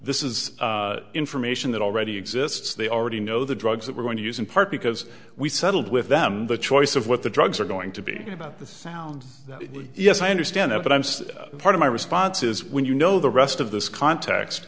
this is information that already exists they already know the drugs that we're going to use in part because we settled with them the choice of what the drugs are going to be about this sounds yes i understand that but i'm still part of my responses when you know the rest of this context